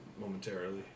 momentarily